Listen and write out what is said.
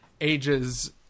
ages